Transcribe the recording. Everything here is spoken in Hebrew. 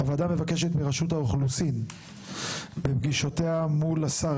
2. הוועדה מבקשת מרשות האוכלוסין בפגישותיה מול השר